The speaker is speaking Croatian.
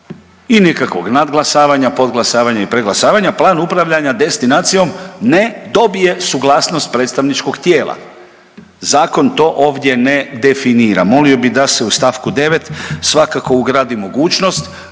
i nekakvog nadglasavanja, podglasavanja i preglasavanja, plan upravljanja destinacijom ne dobije suglasnost predstavničkog tijela. Zakon to ovdje ne definira, molio bi da se u st. 9. svakako ugradi mogućnost